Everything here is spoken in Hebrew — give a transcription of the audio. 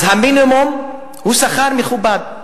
אז המינימום הוא שכר מכובד.